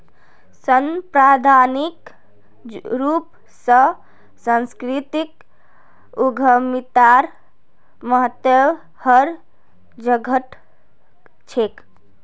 सांप्रदायिक रूप स सांस्कृतिक उद्यमितार महत्व हर जघट छेक